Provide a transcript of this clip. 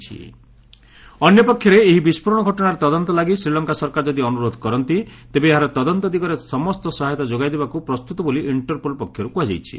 Interpol Lanka blast ଅନ୍ୟପକ୍ଷରେ ଏହି ବିସ୍ଫୋରଣ ଘଟଣାର ତଦନ୍ତ ଲାଗି ଶ୍ରୀଲଙ୍କା ସରକାର ଯଦି ଅନୁରୋଧ କରନ୍ତି ତେବେ ଏହାର ତଦନ୍ତ ଦିଗରେ ସମସ୍ତ ସହାୟତା ଯୋଗାଇଦେବାକୁ ପ୍ରସ୍ତୁତ ବୋଲି ଇଣ୍ଟରପୋଲ୍ ପକ୍ଷରୁ କୁହାଯାଇଛି